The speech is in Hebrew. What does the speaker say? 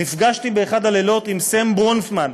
נפגשתי באחד הלילות עם סם ברונפמן,